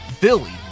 Billy